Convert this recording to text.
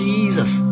Jesus